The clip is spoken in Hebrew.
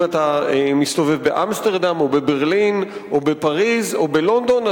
אם אתה מסתובב באמסטרדם או בברלין או בפריס או בלונדון,